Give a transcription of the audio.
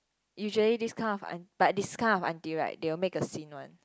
usually this kind of aunt but this kind of auntie right they will make a scene one